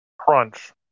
Crunch